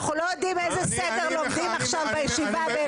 אנחנו לא יודעים איזה ספר לומדים עכשיו בישיבה באביתר.